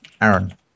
Aaron